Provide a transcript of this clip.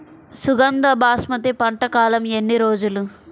సుగంధ బాస్మతి పంట కాలం ఎన్ని రోజులు?